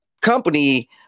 company